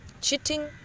Cheating